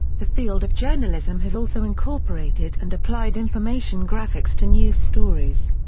the field of journalism has also incorporated and applied information graphics to news stories.